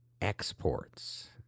exports